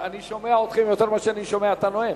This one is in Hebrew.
אני שומע אתכם יותר מאשר אני שומע את הנואם.